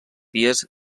dies